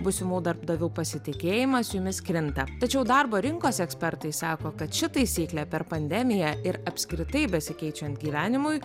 būsimų darbdavių pasitikėjimas jumis krinta tačiau darbo rinkos ekspertai sako kad ši taisyklė per pandemiją ir apskritai besikeičiant gyvenimui